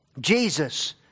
Jesus